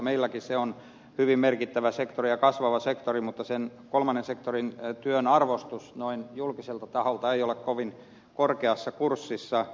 meilläkin se on hyvin merkittävä sektori ja kasvava sektori mutta kolmannen sektorin työn arvostus noin julkiselta taholta ei ole kovin korkeassa kurssissa